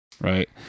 right